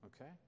Okay